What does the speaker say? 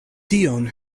tion